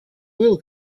wheel